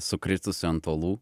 sukritusių ant uolų